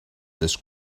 this